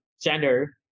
gender